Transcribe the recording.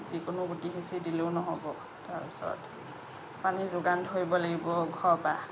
যিকোনো গুটি সিঁচি দিলেও নহ'ব তাৰপিছত পানী যোগান ধৰিব লাগিব ঘৰৰ পৰা